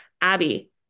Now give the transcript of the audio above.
Abby